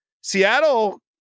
Seattle